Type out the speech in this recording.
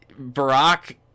Barack